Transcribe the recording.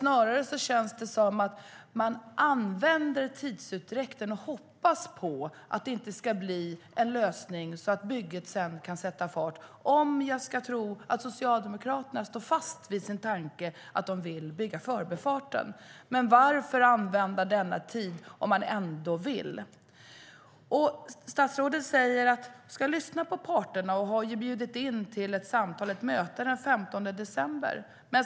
Snarare använder man tidsutdräkten och hoppas att det inte ska bli någon lösning så att bygget kan sätta fart - om jag ska tro att Socialdemokraterna står fast vid sin tanke att de vill bygga Förbifarten. Men varför använda denna tid om man ändå vill? Statsrådet säger att hon ska lyssna på parterna och har bjudit in till samtal och möte den 15 december.